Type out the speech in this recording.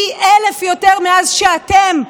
פי אלף יותר מאז שאתם,